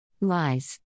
Lies